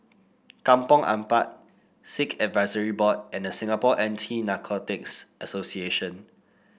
Kampong Ampat Sikh Advisory Board and The Singapore Anti Narcotics Association